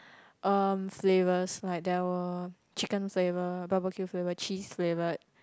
um flavours like there were chicken flavour barbeque flavour cheese flavoured